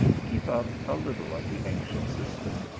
keep up a little of the ancient system,